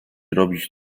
robić